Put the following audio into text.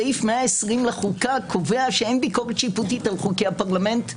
סעיף 120 לחוקה קובע שאין ביקורת שיפוטית על חוקי הפרלמנט.